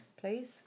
Please